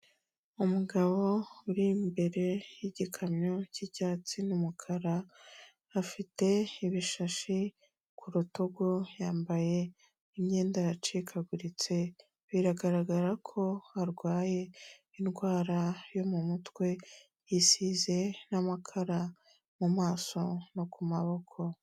Umugabo uri imbere y'igikamyo cy'icyatsi n'umukara, afite ibishashi ku rutugu yambaye imyenda yacikaguritse, biragaragara ko arwaye indwara yo mu mutwe, yisize n'amakara mu maso no ku maboko.